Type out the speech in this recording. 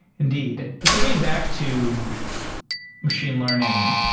indeed. so getting back to machine learning,